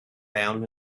found